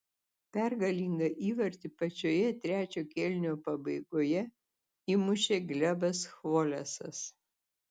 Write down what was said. pergalingą įvartį pačioje trečio kėlinio pabaigoje įmušė glebas chvolesas